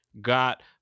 got